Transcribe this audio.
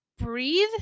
breathe